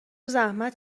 زحمت